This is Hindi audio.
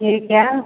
ये क्या